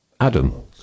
Adam